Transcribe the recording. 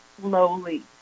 slowly